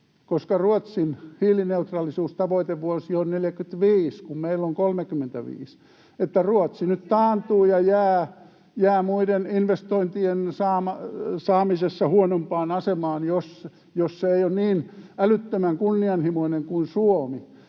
— Ruotsin hiilineutraalisuustavoitevuosi on 45, kun meillä on 35 — että Ruotsi nyt taantuu ja jää muiden investointien saamisessa huonompaan asemaan, jos se ei ole niin älyttömän kunnianhimoinen kuin Suomi?